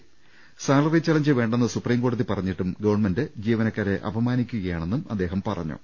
salary challenge വേണ്ടെന്ന് supreme കോടതി പറഞ്ഞിട്ടും ഗവൺമെന്റ് ജീവനക്കാരെ അപമാനിക്കുകയാണെന്നും അദ്ദേഹം പറഞ്ഞു